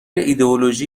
ایدئولوژی